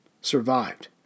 survived